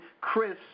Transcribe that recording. Chris